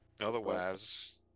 Otherwise